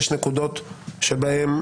יש נקודות שבהן